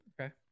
Okay